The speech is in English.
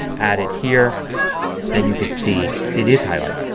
add it here then you can see it is highlighted.